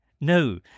no